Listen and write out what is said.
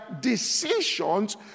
decisions